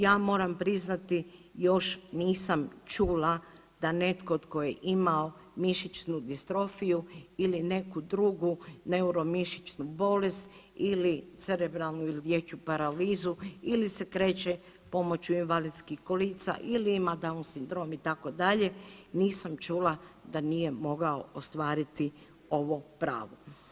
Ja moram priznati još nisam čula da netko tko je imao mišićnu distrofiju ili neku drugu neuromišićnu bolest ili cerebralnu ili dječju paralizu ili se kreće pomoću invalidskih kolica ili ima Down sindrom itd. nisam čula da nije mogao ostvariti ovo pravo.